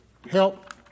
Help